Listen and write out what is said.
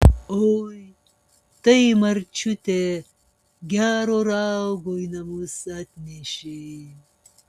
oi tai marčiutė gero raugo į namus atnešė